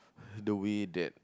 the way that